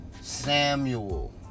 Samuel